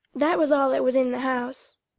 that was all that was in the house,